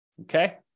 Okay